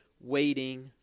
waiting